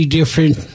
different